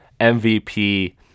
MVP